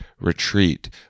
Retreat